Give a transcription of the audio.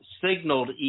signaled